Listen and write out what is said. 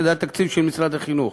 שזה התקציב של משרד החינוך.